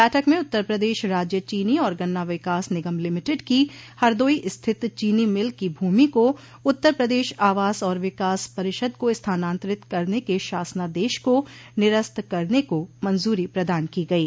बैठक में उत्तर प्रदेश राज्य चीनी और गन्ना विकास निगम लिमिटेड की हरदोई स्थित चीनी मिल की भूमि को उत्तर प्रदेश आवास और विकास परिषद को स्थानांतरित करने के शासनादेश को निरस्त करने को मंजूरी प्रदान की गयी